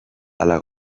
ala